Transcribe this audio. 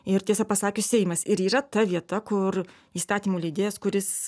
ir tiesą pasakius seimas ir yra ta vieta kur įstatymų leidėjas kuris